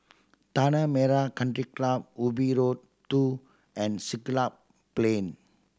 Tanah Merah Country Club Ubi Road Two and Siglap Plain